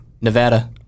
Nevada